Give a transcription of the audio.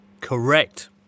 Correct